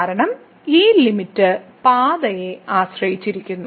കാരണം ഈ ലിമിറ്റ് പാതയെ ആശ്രയിച്ചിരിക്കുന്നു